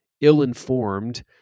ill-informed